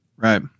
Right